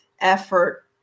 effort